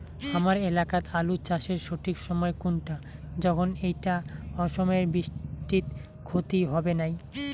হামার এলাকাত আলু চাষের সঠিক সময় কুনটা যখন এইটা অসময়ের বৃষ্টিত ক্ষতি হবে নাই?